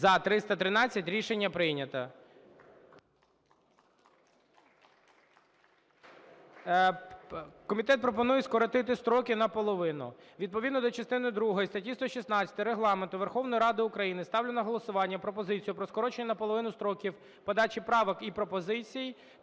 За-313 Рішення прийнято. Комітет пропонує скоротити строки наполовину. Відповідно до частини другої статті 116 Регламенту Верховної Ради України ставлю на голосування пропозицію про скорочення наполовину строків подачі правок і пропозицій